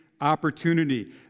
opportunity